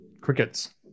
crickets